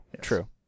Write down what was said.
true